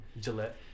Gillette